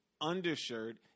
undershirt